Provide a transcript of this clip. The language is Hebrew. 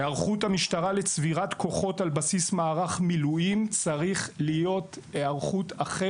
היערכות המשטרה לצבירת כוחות על בסיס מערך המילואים צריכה להיות אחרת,